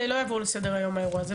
זה לא יעבור לסדר-היום האירוע הזה,